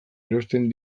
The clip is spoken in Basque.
erosten